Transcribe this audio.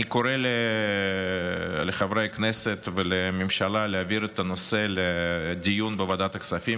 אני קורא לחברי הכנסת ולממשלה להעביר את הנושא לוועדת הכספים,